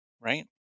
right